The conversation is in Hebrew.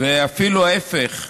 ואפילו ההפך,